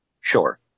Sure